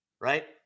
right